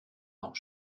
auch